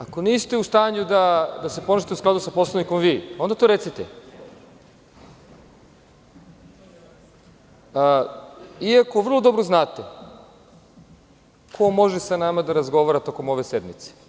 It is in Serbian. Ako vi niste u stanju da se ponašate u skladu sa Poslovnikom, onda to recite, iako vrlo dobro znate ko može sa nama da razgovara tokom ove sednice.